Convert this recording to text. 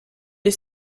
les